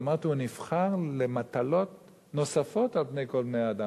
אמרתי: הוא נבחר למטלות נוספות על פני כל בני-האדם.